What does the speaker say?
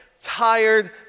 tired